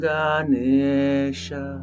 Ganesha